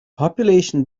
population